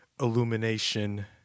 illumination